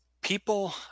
people